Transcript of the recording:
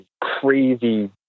crazy